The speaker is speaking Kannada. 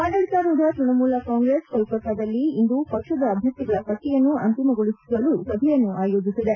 ಆಡಳಿತಾರೂಢ ತ್ಯಣಮೂಲ ಕಾಂಗ್ರೆಸ್ ಕೋಲ್ಕತ್ತಾದಲ್ಲಿ ಇಂದು ಪಕ್ಷದ ಅಭ್ಯರ್ಥಿಗಳ ಪಟ್ಟಿಯನ್ನು ಅಂತಿಮಗೊಳಿಸಲು ಸಭೆಯನ್ನು ಆಯೋಜಿಸಿದೆ